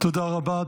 תודה רבה.